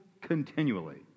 continually